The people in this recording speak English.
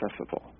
accessible